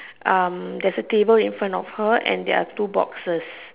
um there's a table in front of her and there are two boxes